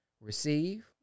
Receive